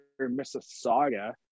Mississauga